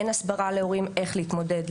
אין הסברה להורים איך להתמודד,